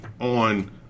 on